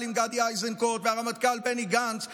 גדי איזנקוט והרמטכ"ל בני גנץ והאלופים,